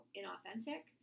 inauthentic